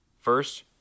First